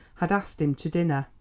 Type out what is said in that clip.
had asked him to dinner.